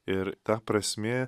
ir ta prasmė